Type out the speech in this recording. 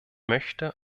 möchte